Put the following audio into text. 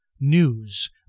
news